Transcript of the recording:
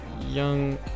young